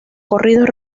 corridos